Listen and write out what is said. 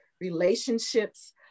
relationships